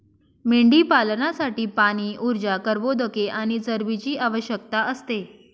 मेंढीपालनासाठी पाणी, ऊर्जा, कर्बोदके आणि चरबीची आवश्यकता असते